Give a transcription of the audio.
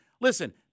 Listen